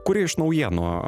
kuri iš naujienų